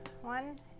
one